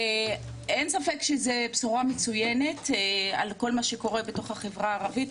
אין ספק שזו בשורה מצוינת על כל מה שקורה בתוך החברה הערבית.